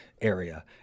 area